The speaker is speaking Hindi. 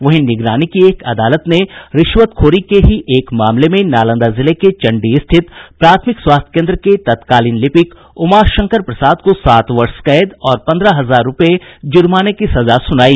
वहीं निगरानी की एक अदालत ने रिश्वतखोरी के ही एक मामले में नालंदा जिले के चंडी स्थित प्राथमिक स्वास्थ्य केन्द्र के तत्कालीन लिपिक उमाशंकर प्रसाद को सात वर्ष कैद और पन्द्रह हजार रूपये जूर्माने की सजा सुनाई